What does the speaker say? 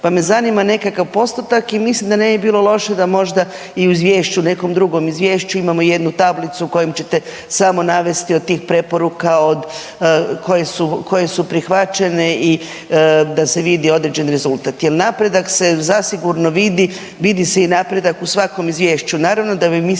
pa me zanima nekakav postotak i mislim da ne bi bilo loše da možda i u izvješću, u nekom drugom izvješću imamo jednu tablicu kojom ćete samo navesti od tih preporuka od koje su prihvaćene i da se vidi određeni rezultat jer napredak se zasigurno vidi, vidi se i napredak u svakom izvješću.